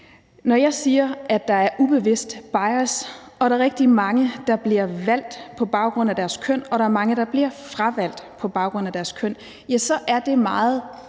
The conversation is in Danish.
Når jeg siger, at der er en ubevidst bias, og at der er rigtig mange, der bliver valgt på baggrund af deres køn, og at der er mange, der bliver fravalgt på baggrund af deres køn, så er det meget